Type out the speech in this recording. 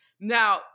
Now